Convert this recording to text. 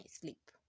sleep